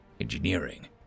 engineering